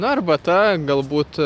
na arbata galbūt